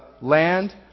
land